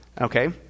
Okay